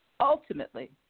ultimately